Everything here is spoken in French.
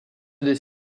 des